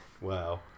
Wow